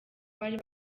bari